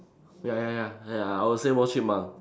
ya ya ya ya I would say more chipmunk